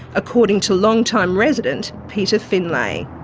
according to long-time resident peter finlay.